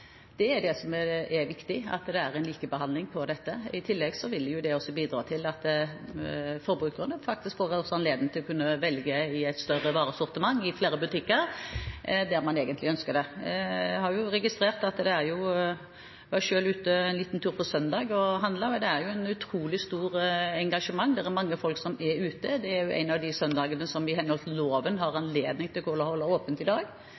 Det er det som er viktig, at det er likebehandling når det gjelder dette. I tillegg vil jo det også bidra til at forbrukerne får anledning til å kunne velge blant et større varesortiment i flere butikker – der man egentlig ønsker det. Jeg var selv ute en liten tur på søndag og handlet – og det er jo et utrolig stort engasjement, det er mange folk som er ute på en av de søndagene som det i henhold til loven er anledning til å holde åpent på per i dag.